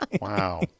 Wow